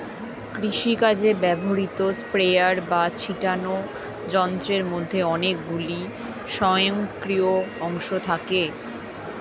কৃষিকাজে ব্যবহৃত স্প্রেয়ার বা ছিটোনো যন্ত্রের মধ্যে অনেকগুলি স্বয়ংক্রিয় অংশ থাকে